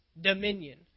dominion